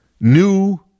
new